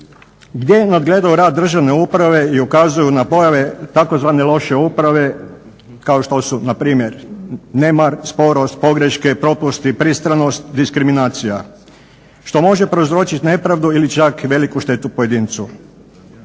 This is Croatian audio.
gdje nadgledaju rad državne uprave i ukazuju na pojave tzv. loše uprave kao što su npr. nemar, sporost, pogreške, propusti, pristranost, diskriminacija što može prouzročiti nepravdu ili čak veliku štetu pojedincu.